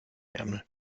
ärmel